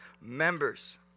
members